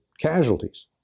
casualties